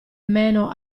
meno